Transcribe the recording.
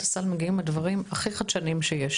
הסל מגיעים הדברים הכי חדשניים שיש,